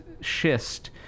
schist